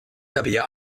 tabea